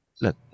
look